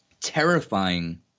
terrifying